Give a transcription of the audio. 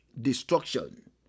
Destruction